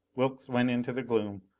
wilks went into the gloom,